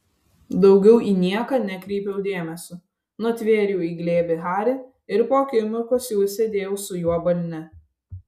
daugiau į nieką nekreipiau dėmesio nutvėriau į glėbį harį ir po akimirkos jau sėdėjau su juo balne